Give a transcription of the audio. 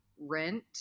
rent